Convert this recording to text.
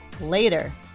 later